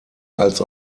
als